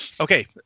okay